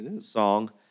song